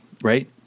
right